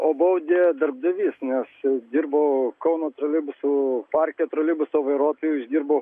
o baudė darbdavys nes dirbau kauno troleibusų parke troleibuso vairuotoju išdirbau